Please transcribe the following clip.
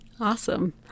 awesome